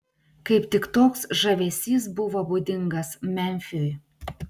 kaip tik toks žavesys buvo būdingas memfiui